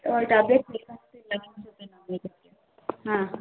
ಒಂದು ಟ್ಯಾಬ್ಲೆಟ್ ಹಾಂ